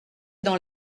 dans